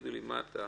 יגידו לי רות,